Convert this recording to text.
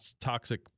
toxic